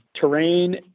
terrain